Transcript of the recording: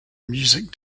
music